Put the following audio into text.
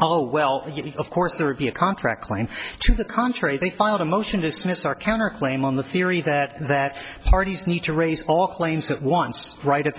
oh well of course there would be a contract claim to the contrary they filed a motion dismissed or counterclaim on the theory that that parties need to raise all claims at once right at